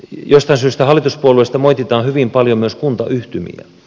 jostain syystä hallituspuolueista moititaan hyvin paljon myös kuntayhtymiä